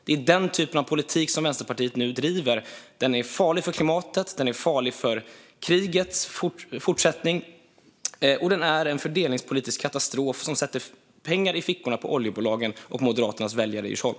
Det är denna typ av politik som Vänsterpartiet nu driver. Den är farlig för klimatet och för krigets fortsättning, och den är en fördelningspolitisk katastrof som lägger pengar i fickorna på oljebolagen och Moderaternas väljare i Djursholm.